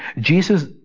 Jesus